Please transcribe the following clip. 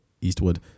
Eastwood